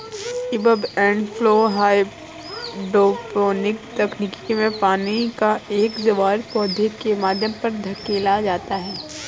ebb and flow hydroponic तकनीक में पानी का एक ज्वार पौधे के माध्यम पर धकेला जाता है